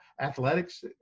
athletics